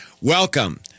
welcome